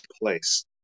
place